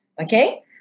okay